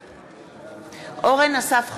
בעד אורן אסף חזן,